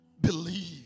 believe